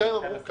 האמריקאים אמרו: